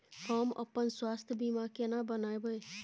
हम अपन स्वास्थ बीमा केना बनाबै?